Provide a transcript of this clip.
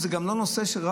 הסטטוס,